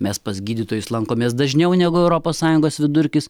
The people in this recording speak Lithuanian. mes pas gydytojus lankomės dažniau negu europos sąjungos vidurkis